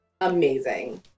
amazing